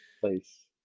place